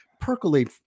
percolate